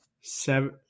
Seven